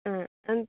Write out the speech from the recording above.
ಹಾಂ ಅಂ